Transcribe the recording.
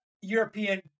European